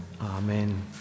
Amen